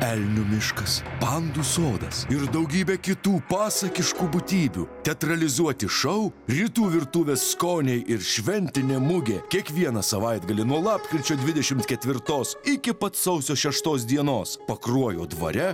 elnių miškas pandų sodas ir daugybė kitų pasakiškų būtybių teatralizuoti šou rytų virtuvės skoniai ir šventinė mugė kiekvieną savaitgalį nuo lapkričio dvidešimt ketvirtos iki pat sausio šeštos dienos pakruojo dvare